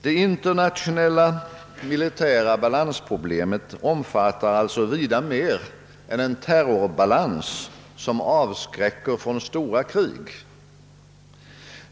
Det internationella militära balansproblemet omfattar alltså vida mer än en terrorbalans som avskräcker från stora krig.